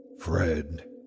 Fred